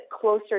closer